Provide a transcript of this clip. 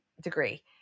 degree